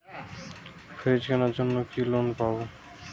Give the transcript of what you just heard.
Fridge কেনার জন্য কি লোন পাব?